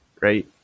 right